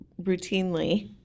routinely